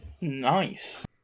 Nice